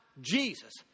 Jesus